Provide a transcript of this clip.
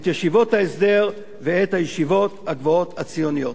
את ישיבות ההסדר ואת הישיבות הגבוהות הציוניות.